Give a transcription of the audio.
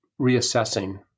reassessing